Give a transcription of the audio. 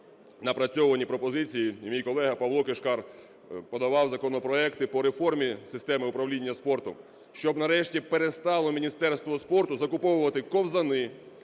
напрацьовані пропозиції, і мій колега Павло Кишкар подавав законопроекти по реформі системи управління спортом, щоб нарешті перестало міністерство спорту закуповувати ковзани,